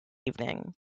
evening